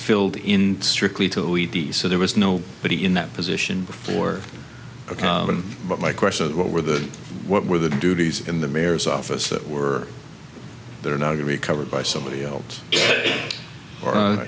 filled in strictly to eat the so there was no but he in that position before ok but my question what were the what were the duties in the mayor's office that were there not to be covered by somebody else or